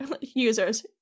users